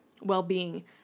well-being